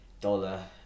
dollar